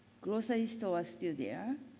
grocery store still there.